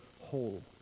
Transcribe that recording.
whole